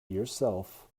yourself